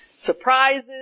surprises